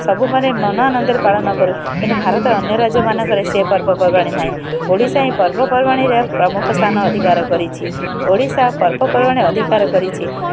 ସବୁମାନେ ମନ ଆନନ୍ଦରେ ପାଳନ କରୁ କିନ୍ତୁ ଭାରତ ଅନ୍ୟ ରାଜ୍ୟମାନଙ୍କରେ ସେ ପର୍ବପର୍ବାଣି ନାହିଁ ଓଡ଼ିଶା ହିଁ ପର୍ବପର୍ବାଣୀରେ ପ୍ରମୁଖ ସ୍ଥାନ ଅଧିକାର କରିଛି ଓଡ଼ିଶା ପର୍ବପର୍ବାଣି ଅଧିକାର କରିଛି